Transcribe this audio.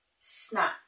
snap